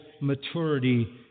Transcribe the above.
maturity